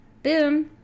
boom